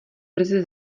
brzy